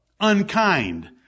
unkind